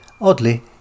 Oddly